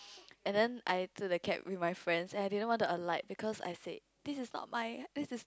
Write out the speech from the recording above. and then I took the cab with my friends and I didn't want to alight because I said this is not my this is